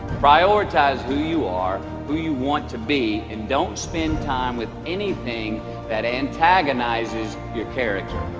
prioritize who you are who you want to be and don't spend time with anything that antagonizes your character